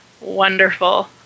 Wonderful